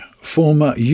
former